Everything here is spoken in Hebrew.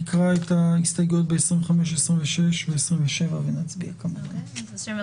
נקרא את הסתייגויות 25 27 ונצביע עליהן.